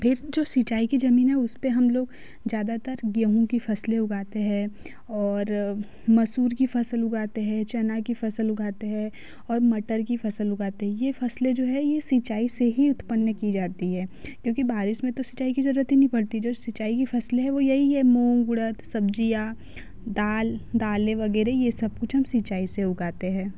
फिर जो सिंचाई की जमीन है उसपे हम लोग ज़्यादातर गेहूँ की फसले उगाते हैं और मसूर की फसल उगाते हैं चना की फसल उगाते हैं और मटर की फसल उगाते हैं ये फसले जो हैं ये सिंचाई से ही उत्पन्न की जाती है क्योंकि बारिश में तो सिंचाई की जरूरत ही नहीं पड़ती जो सिंचाई की फसलें हैं वो यही है मूंग उरद सब्जियाँ दालें वगैरह ये सब कुछ हम सिंचाई से उगाते हैं